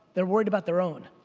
they're worried about their own.